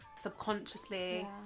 subconsciously